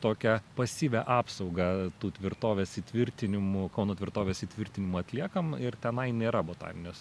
tokią pasyvią apsaugą tų tvirtovės įtvirtinimų kauno tvirtovės įtvirtinimų atliekam ir tenai nėra botaninės